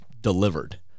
delivered